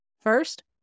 First